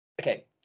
Okay